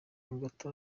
hagati